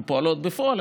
הן פועלות בפועל,